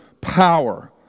power